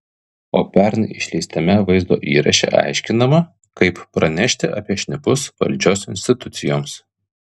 o pernai išleistame vaizdo įraše aiškinama kaip pranešti apie šnipus valdžios institucijoms